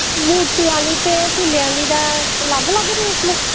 नूटे आह्ली ते फुल्लें आह्ली दा अलग अलग रेट न